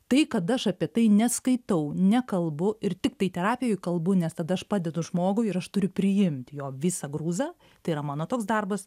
tai kad aš apie tai neskaitau nekalbu ir tiktai terapijoj kalbu nes tad aš padedu žmogui ir aš turiu priimti jo visą grūzą tai yra mano toks darbas